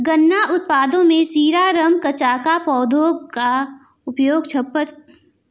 गन्ना उत्पादों में शीरा, रम, कचाका, पौधे का उपयोग छप्पर के रूप में, पशुओं के चारे के रूप में किया जाता है